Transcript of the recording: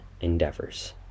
Endeavors